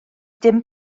dim